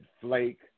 flake